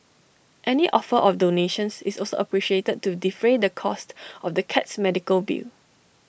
any offer of donations is also appreciated to defray the costs of the cat's medical bill